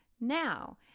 now